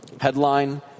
Headline